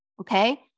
Okay